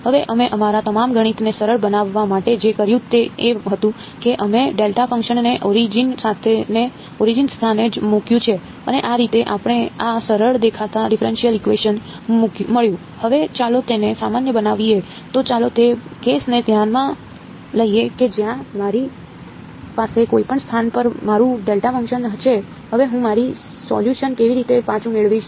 હવે અમે અમારા તમામ ગણિતને સરળ બનાવવા માટે જે કર્યું તે એ હતું કે અમે ડેલ્ટા ફંક્શનને ઓરિજિન સ્થાને જ મૂક્યું છે અને આ રીતે આપણને આ સરળ દેખાતા ડિફેરએંશીયલ ઇકવેશન છે હવે હું મારું સોલ્યુશન કેવી રીતે પાછું મેળવીશ